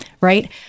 right